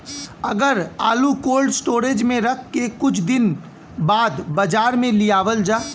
अगर आलू cold storage में रख के कुछ दिन बाद बाजार में लियावल जा?